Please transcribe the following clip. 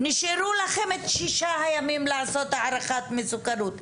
נשארו לכם את שישה הימים לעשות הערכת מסוכנות.